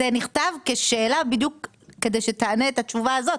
זה נכתב כשאלה בדיוק כדי שתענה את התשובה הזאת,